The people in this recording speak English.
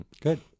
Good